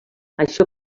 això